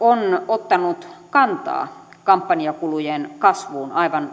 on ottanut kantaa kampanjakulujen kasvuun aivan